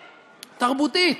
תרבותית,